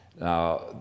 Now